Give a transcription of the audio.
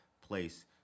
place